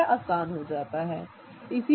तो यह आसान हो जाता है ठीक है